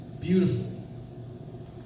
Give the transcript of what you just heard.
Beautiful